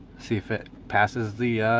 see if it passes the